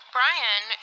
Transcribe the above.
Brian